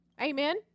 amen